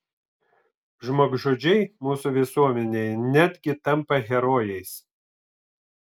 žmogžudžiai mūsų visuomenėje netgi tampa herojais